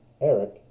Eric